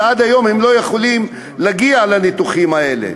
ועד היום הם לא יכולים להגיע לניתוחים האלה.